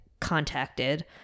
contacted